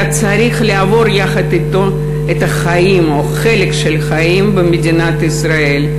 אתה צריך לעבור יחד אתו את החיים או חלק של החיים במדינת ישראל,